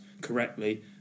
correctly